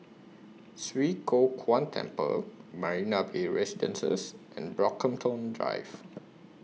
Swee Kow Kuan Temple Marina Bay Residences and Brockhampton Drive